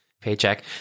paycheck